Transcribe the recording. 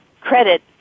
credit